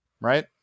Right